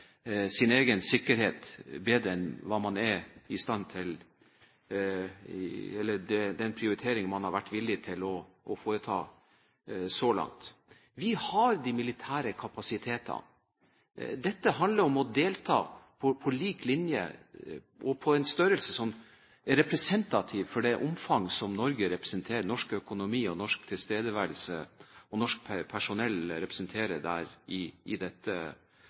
sin egen sikkerhet høyere enn den prioritering man har vært villig til å foreta så langt. Vi har de militære kapasitetene. Dette handler om å delta på lik linje og med en størrelse som er representativ for det omfanget som Norge representerer – norsk økonomi, norsk tilstedeværelse og norsk personell – i dette